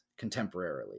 contemporarily